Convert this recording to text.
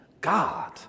God